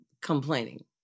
complaining